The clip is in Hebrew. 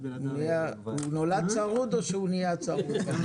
כן, הוא נולד צרוד או שהוא נהיה צרוד?